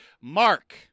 Mark